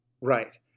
right